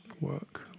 work